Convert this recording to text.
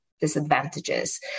disadvantages